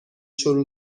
شروع